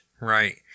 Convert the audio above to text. Right